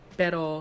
pero